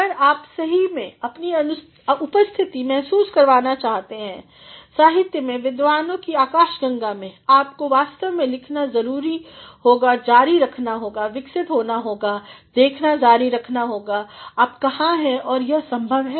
अगर आप सही में अपनी उपस्थिति महसूस करवाना चाहते हैं साहित्य में विद्वानों कीआकाशगंगामें आपको वास्तव में लिखना जारी रखना होगा विकसित होना जारी देखना जारी रखना होगा आप कहाँ हैं और यह संभव है